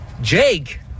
Jake